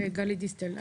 וגלית דיסטל.